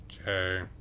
Okay